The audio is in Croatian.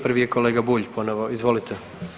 Prvi je kolega Bulj ponovo, izvolite.